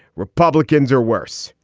republicans are worse.